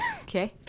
Okay